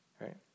right